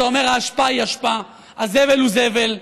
אתה אומר: האשפה היא אשפה, הזבל הוא זבל,